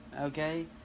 Okay